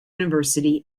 university